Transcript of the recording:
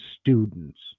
students